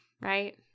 right